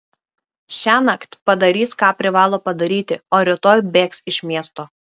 šiąnakt padarys ką privalo padaryti o rytoj bėgs iš miesto